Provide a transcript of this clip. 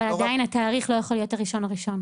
עדיין התאריך לא יכול להיות ה-1 בינואר.